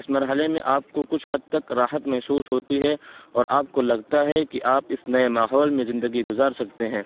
اس مرحلے میں آپ کو کچھ حد تک راحت محسوس ہوتی ہے اور آپ کو لگتا ہے کہ آپ اس نئے ماحول میں زندگی گزار سکتے ہیں